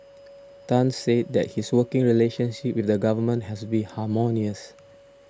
Tan said that his working relationship with the Government has been harmonious